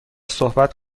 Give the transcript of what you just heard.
صحبت